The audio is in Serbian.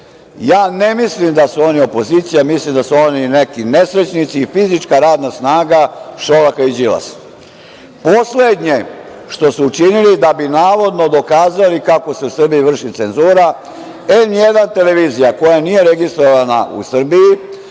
mislim da su oni opozicija, mislim da su oni neki nesrećnici i fizička radna snaga Šolaka i Đilasa. Poslednje što su učinili da bi navodno dokazali kako se u Srbiji vrši cenzura, „N1“ televizija koja nije registrovana u Srbiji,